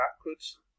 backwards